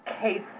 case